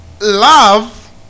love